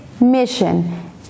mission